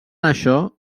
això